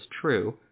true